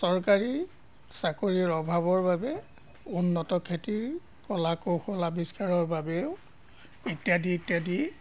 চৰকাৰী চাকৰিৰ অভাৱৰ বাবে উন্নত খেতিৰ কলা কৌশল আৱিষ্কাৰৰ বাবেও ইত্যাদি ইত্যাদি